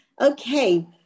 Okay